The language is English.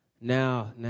Now